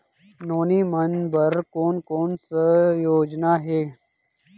नोनी मन बर कोन कोन स योजना हे?